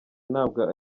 ntabwo